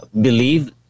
believe